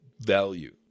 Value